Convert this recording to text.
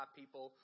people